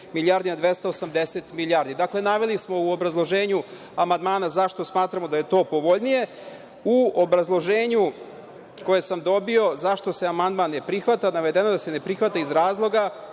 milijardi na 280 milijardi. Dakle, naveli smo u obrazloženju amandmana zašto smatramo da je to povoljnije.U obrazloženju koje sam dobio zašto se amandman ne prihvata, navedeno je da se ne prihvata iz razloga